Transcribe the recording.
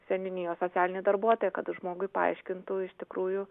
seniūnijos socialinį darbuotoją kad žmogui paaiškintų iš tikrųjų